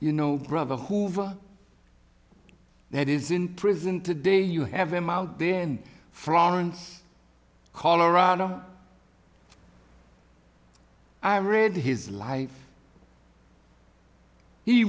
you know brother hoover that is in prison today you have him out there in fronts colorado i read his life he